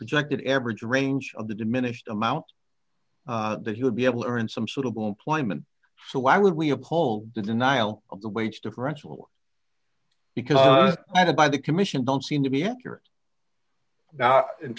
projected average range of the diminished amount that he would be able to earn some suitable employment so why would we uphold the denial of the wage differential because either by the commission don't seem to be accurate